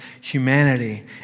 humanity